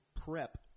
prep